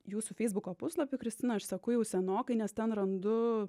jūsų feisbuko puslapį kristina aš seku jau senokai nes ten randu